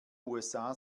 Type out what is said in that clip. usa